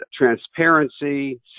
transparency